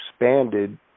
expanded